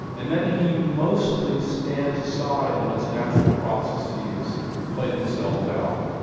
and then he mostly stands aside and lets natural processes play themselves out.